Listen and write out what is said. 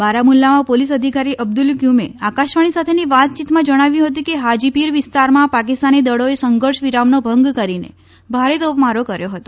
બારામુલ્લામાં પોલીસ અધિકારી અબ્દુલ કયુમે આકાશવાણી સાથેની વાતચીતમાં જણાવ્યું હતું કે હાજીપીર વિસ્તારમાં પાકિસ્તાની દળોએ સંઘર્ષ વિરામનો ભંગ કરીને ભારે તોપમારો કર્યો હતો